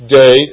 day